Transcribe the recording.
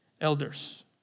elders